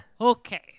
okay